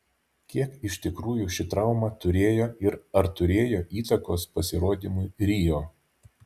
kiek iš tikrųjų šį trauma turėjo ir ar turėjo įtakos pasirodymui rio